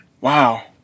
Wow